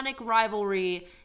rivalry